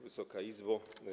Wysoka Izbo!